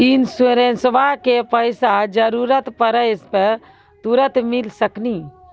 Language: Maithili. इंश्योरेंसबा के पैसा जरूरत पड़े पे तुरंत मिल सकनी?